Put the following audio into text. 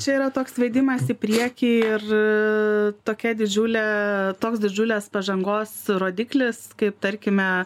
čia yra toks vedimas į priekį ir tokia didžiulė toks didžiulės pažangos rodiklis kaip tarkime